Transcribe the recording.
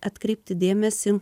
atkreipti dėmesį